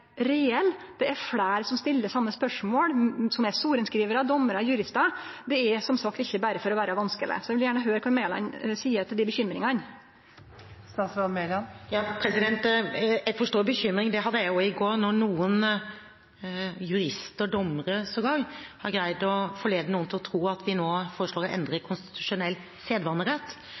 Det er fleire som stiller same spørsmål, som er sorenskrivarar, domarar, juristar. Det er som sagt ikkje berre for å vere vanskeleg. Eg vil gjerne høyre kva Mæland seier til dei bekymringane. Jeg forstår bekymringen – det hadde jeg også i går når noen jurister – dommere sågar – har greid å forlede noen til å tro at vi nå foreslår å endre i konstitusjonell sedvanerett.